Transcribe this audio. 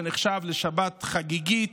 שנחשבת לשבת חגיגית,